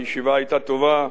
הישיבה היתה טובה.